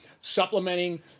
Supplementing